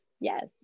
Yes